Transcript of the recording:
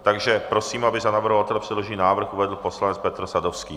Takže prosím, aby za navrhovatele předložený návrh uvedl poslanec Petr Sadovský.